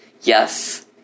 Yes